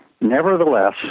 nevertheless